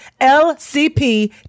LCP